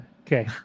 okay